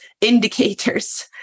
indicators